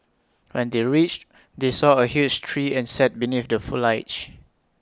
when they reached they saw A huge tree and sat beneath the foliage